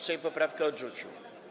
Sejm poprawkę odrzucił.